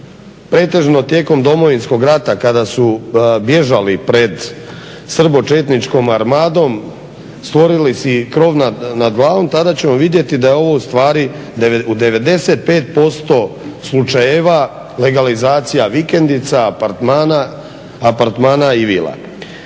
pretežno tijekom Domovinskog rata kada su bježali pred srbo-četničkom armadom stvorili si krov nad glavom, tada ćemo vidjeti da je ovo u stvari u 95% slučajeva legalizacija vikendica, apartmana i vila.